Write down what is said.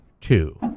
two